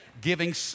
Giving